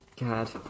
God